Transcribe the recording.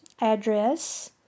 address